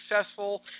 successful